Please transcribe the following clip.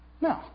No